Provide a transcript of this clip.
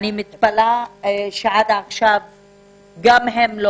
אני מתפלאת שעד עכשיו גם הם,